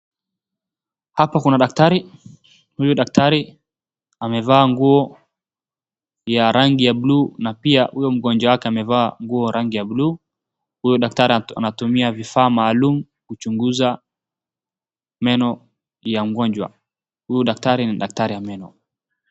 Hapo kuna daktari, huyu daktari amevaa nguo ya rangi ya buluu na pia huyo mgonjwa wake amevaa nguo rangi ya buluu, huyu daktari anatumia vifaa maalum kuchunguza meno ya mgonjwa. Huyu daktari ni daktari wa meno.